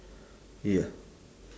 ya